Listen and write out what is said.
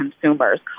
consumers